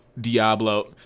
Diablo